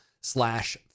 slash